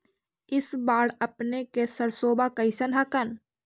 इस बार अपने के सरसोबा कैसन हकन?